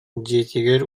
дьиэтигэр